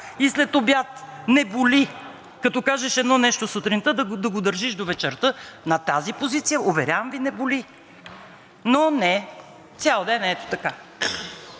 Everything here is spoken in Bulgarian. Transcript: и след обяд. Не боли, като кажеш едно нещо сутринта, да го държиш до вечерта на тази позиция. Уверявам Ви, не боли. Но не, цял ден ето така.